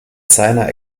seiner